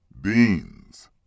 beans